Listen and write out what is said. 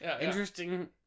Interesting